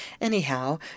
Anyhow